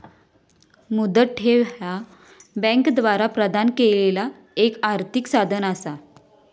मुदत ठेव ह्या बँकांद्वारा प्रदान केलेला एक आर्थिक साधन असा